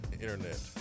internet